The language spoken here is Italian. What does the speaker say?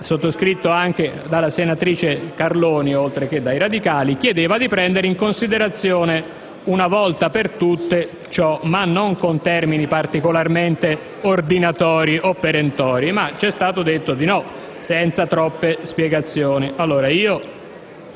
sottoscritto anche dalla senatrice Carloni oltre che dai radicali, chiedeva di prendere ciò in considerazione una volta per tutte, ma non con termini particolarmente ordinatori e perentori. Ci è però stato detto di no, senza troppe spiegazioni. Vedo che